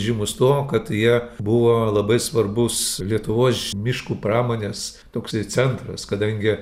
žymūs tuo kad jie buvo labai svarbus lietuvos miškų pramonės toksai centras kadangi